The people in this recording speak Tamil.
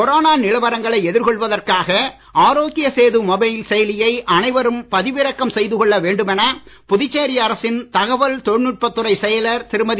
கொரோனா நிலவரங்களை எதிர்கொள்வதற்கான ஆரோக்ய சேது மொபைல் செயலியை அனைவரும் பதிவிறக்கம் செய்துகொள்ள வேண்டுமென புதுச்சேரி அரசின் தகவல் தொழில்நுட்பத் துறைச் செயலர் திருமதி